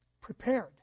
prepared